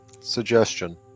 Suggestion